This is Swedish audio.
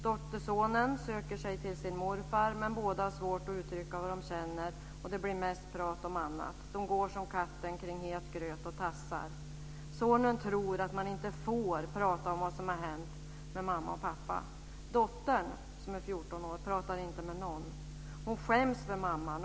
Dottersonen söker sig till sin morfar, men båda har svårt att uttrycka vad de känner. Det blir mest prat om annat. De går som katten kring het gröt och tassar. Sonen tror att man inte får prata med mamma och pappa om det som har hänt. Dottern som är 14 år pratar inte med någon. Hon skäms för mamman.